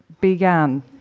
began